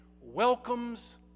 welcomes